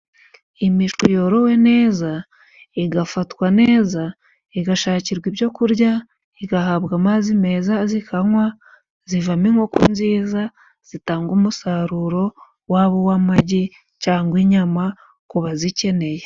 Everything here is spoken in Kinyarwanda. Imishwi yorowe neza, igafatwa neza, igashakirwa ibyo kurya, igahabwa amazi meza zikanywa, zivamo inkoko nziza zitanga umusaruro, waba uw'amagi cyangwa inyama ku bazikeneye.